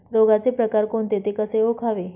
रोगाचे प्रकार कोणते? ते कसे ओळखावे?